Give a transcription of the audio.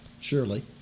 surely